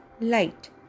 Light